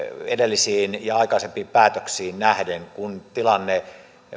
edellisiin ja aikaisempiin päätöksiin nähden kun tilanne